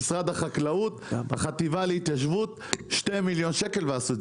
משרד החקלאות והחטיבה להתיישבות השקיעו 2 מיליון ₪ ועשו לנו